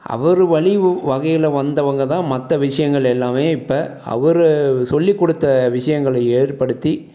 அவர் வழி வகையில் வந்தவங்க தான் மற்ற விஷயங்கள் எல்லாமே இப்போ அவர் சொல்லிக்கொடுத்த விஷயங்கள ஏற்படுத்தி